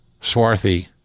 swarthy